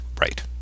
Right